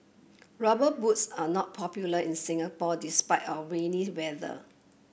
rubber boots are not popular in Singapore despite our rainy weather